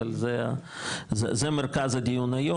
אבל זה מרכז הדיון היום.